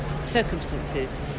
circumstances